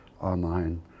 online